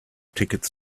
tickets